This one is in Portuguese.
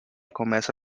começa